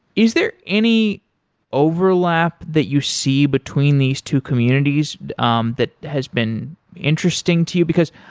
is there any overlap that you see between these two communities um that has been interesting to you? because,